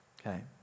Okay